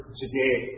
today